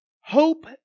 Hope